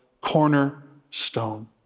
cornerstone